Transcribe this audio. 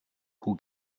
who